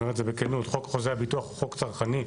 חוק חוזה הביטוח הוא חוזה צרכני,